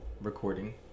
recording